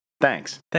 Thanks